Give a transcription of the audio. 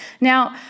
Now